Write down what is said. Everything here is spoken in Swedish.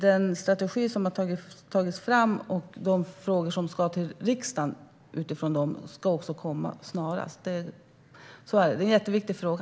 Den strategi som har tagits fram, och de frågor som utifrån den ska till riksdagen, ska presenteras snarast. Det är en jätteviktig fråga.